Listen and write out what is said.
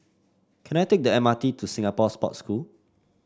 can I take the M R T to Singapore Sports School